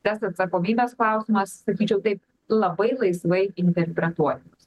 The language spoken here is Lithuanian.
tas atsakomybės klausimas sakyčiau taip labai laisvai interpretuojamas